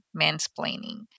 mansplaining